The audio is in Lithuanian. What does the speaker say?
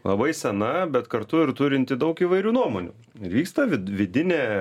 labai sena bet kartu ir turinti daug įvairių nuomonių vyksta vi vidinė